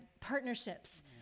partnerships